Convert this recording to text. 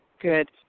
good